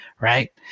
right